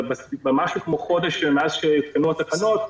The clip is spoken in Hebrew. בחודש בערך מאז שהותקנו התקנות,